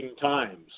times